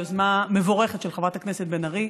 יוזמה מבורכת של חברת הכנסת בן ארי,